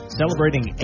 celebrating